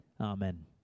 Amen